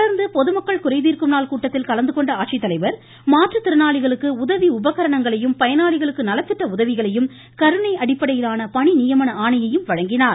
தொடர்ந்து பொதுமக்கள் குறைதீர் கூட்டத்தில் கலந்து கொண்ட ஆட்சித்தலைவர் மாற்றுத்திறனாளிகளுக்கு உதவி உபகரணங்களையும் பயனாளிகளுக்கு நலத்திட்ட உதவிகளையும் கருணை அடிப்படையிலான பணி நியமன ஆணையையும் வழங்கினார்